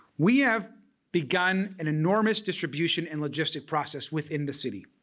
we have begun an enormous distribution and logistics process within the city.